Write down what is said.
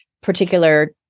particular